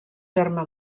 terme